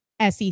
SEC